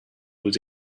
was